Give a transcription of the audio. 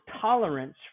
tolerance